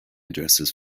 addresses